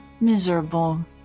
miserable